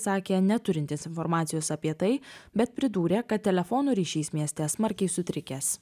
sakė neturintis informacijos apie tai bet pridūrė kad telefonų ryšys mieste smarkiai sutrikęs